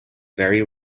very